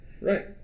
Right